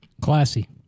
Classy